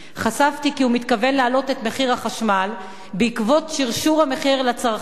חשפתי כי הוא מתכוון להעלות את מחיר החשמל בעקבות שרשור המחיר לצרכן.